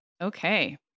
Okay